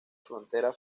frontera